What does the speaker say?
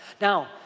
Now